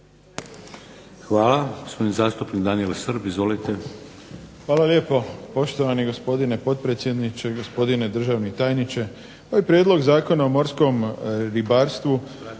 Hvala. Gospodin zastupnik Daniel Srb. Izvolite. **Srb, Daniel (HSP)** Hvala lijepo. Poštovani gospodine potpredsjedniče, gospodine državni tajniče. Ovaj prijedlog Zakona o morskom ribarstvu